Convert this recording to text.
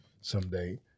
someday